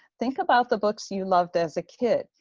think about the books you loved as a kid.